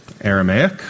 Aramaic